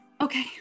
Okay